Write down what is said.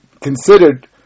considered